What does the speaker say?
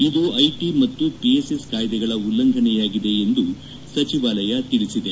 ಇದು ಐಟಿ ಮತ್ತು ಪಿಎಸ್ಎಸ್ ಕಾಯ್ಲೆಗಳ ಉಲ್ಲಂಘನೆಯಾಗಿದೆ ಎಂದು ಸಚಿವಾಲಯ ತಿಳಿಸಿದೆ